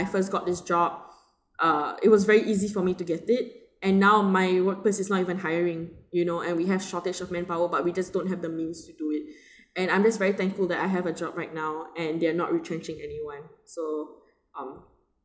I first got this job uh it was very easy for me to get it and now my workplace is not even hiring you know and we have shortage of manpower but we just don't have the means to do it and I'm just very thankful that I have a job right now and they're not retrenching anyone so um